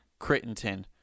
Crittenton